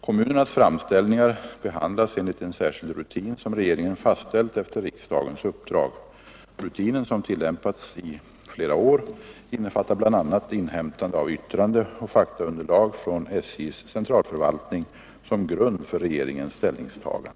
Kommunernas framställningar behandlas enligt en särskild rutin, som regeringen fastställt efter riksdagens uppdrag. Rutinen, som tillämpats i flera år, innefattar bl.a. inhämtande av yttrande och faktaunderlag från SJ:s centralförvaltning som grund för regeringens ställningstagande.